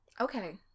Okay